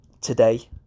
today